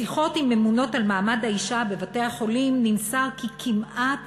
משיחות עם ממונות על מעמד האישה בבתי-החולים נמסר כי כמעט